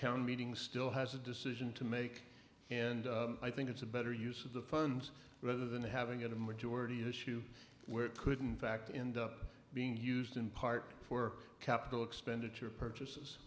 town meeting still has a decision to make and i think it's a better use of the funds rather than having it in majority issue where it couldn't fact in the being used in part for capital expenditure purchases